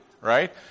right